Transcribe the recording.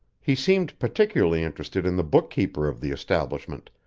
he seemed particularly interested in the bookkeeper of the establishment,